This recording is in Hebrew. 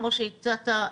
כמו שהצעת,